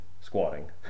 squatting